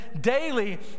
daily